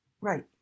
Right